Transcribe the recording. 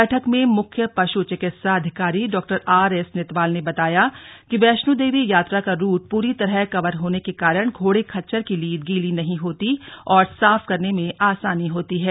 बैठक में मुख्य पश् चिकित्सा अधिकारी डॉ आर एस नितवाल ने बताया कि वैष्णो देवी यात्रा का रूट पूरी तरह कवर होने के कारण घोड़े खच्चर की लीद गीली नहीं होती और साफ करने में आसानी होती है